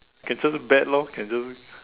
can just bad lor can just